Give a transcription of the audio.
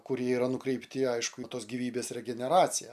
kurie yra nukreipti į aišku tos gyvybės regeneraciją